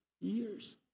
years